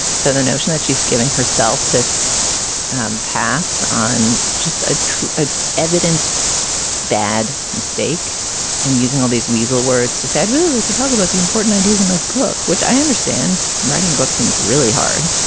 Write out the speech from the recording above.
so the notion that she's giving herself this pass on just ah a a evident bad mistake and using all these weasel words to say, i'd really like to talk about the important ideas in my book, which i understand writing a book seems really hard.